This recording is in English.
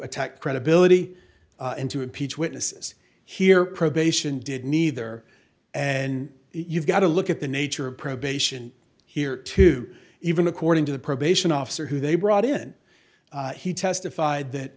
attack credibility and to impeach witnesses here probation did neither and you've got to look at the nature of probation here too even according to the probation officer who they brought in he testified that